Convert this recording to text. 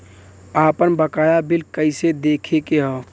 आपन बकाया बिल कइसे देखे के हौ?